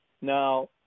Now